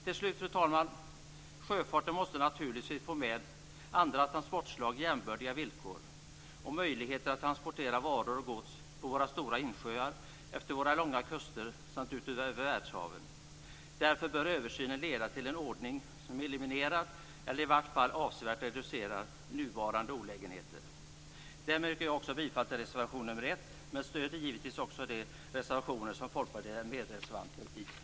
Till slut, fru talman, måste sjöfarten naturligtvis få med andra transportslag jämbördiga villkor och möjligheter att transportera varor och gods på våra stora insjöar, efter våra långa kuster samt över världshaven. Därför bör översynen leda till en ordning som eliminerar, eller i varje fall avsevärt reducerar, nuvarande olägenheter. Därmed yrkar jag bifall till reservation nr 1, men jag stöder givetvis också de reservationer som Folkpartiet är medreservanter i.